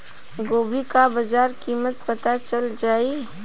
गोभी का बाजार कीमत पता चल जाई?